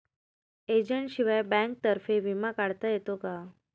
एजंटशिवाय बँकेतर्फे विमा काढता येतो का?